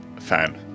fan